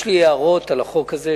יש לי הערות על החוק הזה,